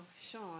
Sean